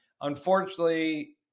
unfortunately